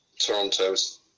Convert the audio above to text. Toronto's